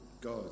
God